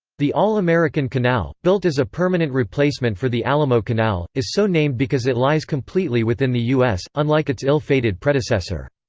the all-american canal, built as a permanent replacement for the alamo canal, is so named because it lies completely within the u s, unlike its ill-fated predecessor.